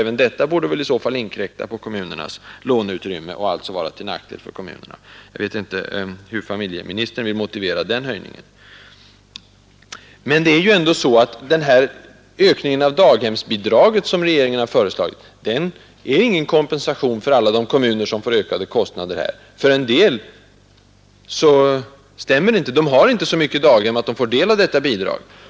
Även detta borde väl i så fall inkräkta på kommunernas låneutrymme och alltså vara till nackdel för kommunerna. Jag vet inte hur familjeministern vill motivera den höjningen. Men det är ju ändå så att den här ökningen av daghemsbidraget som regeringen har föreslagit är ingen kompensation för alla de kommuner som får ökade kostnader. För en del stämmer det inte — de har inte så många daghem att de får så stor del av detta bidrag.